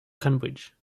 cambridge